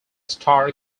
star